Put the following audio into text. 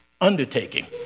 undertaking